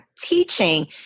teaching